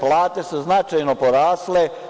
Plate su značajno porasle.